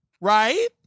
right